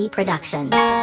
Productions